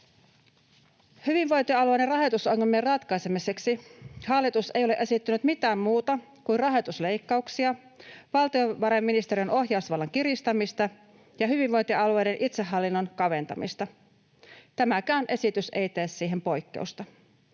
Hyvinvointialueiden rahoitusongelmien ratkaisemiseksi hallitus ei ole esittänyt mitään muuta kuin rahoitusleikkauksia, valtiovarainministeriön ohjausvallan kiristämistä ja hyvinvointialueiden itsehallinnon kaventamista. Tämäkään esitys ei tee siihen poikkeusta.